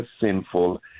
sinful